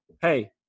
hey